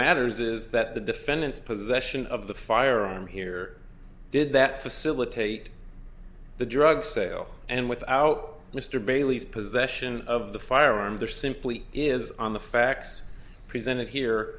matters is that the defendant's possession of the firearm here did that facilitate the drug sale and without mr bailey's possession of the firearm there simply is on the facts presented here